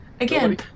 Again